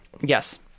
Yes